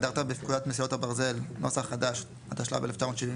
החשמל, "תיאום תשתיות"